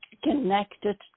connected